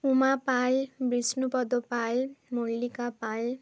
Uma Pal Bishnupada Pal Mallika Pal